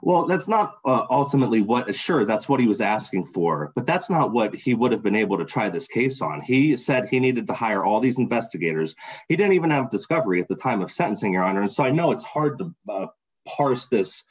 well that's not authentically what is sure that's what he was asking for but that's not what he would have been able to try this case on he said he needed to hire all these investigators he didn't even have discovery at the time of sentencing your honor and so i know it's hard to parse this